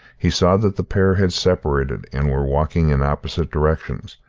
he saw that the pair had separated, and were walking in opposite directions,